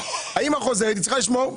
האימא חוזרת, היא צריכה לשמור.